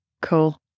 cool